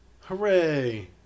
Hooray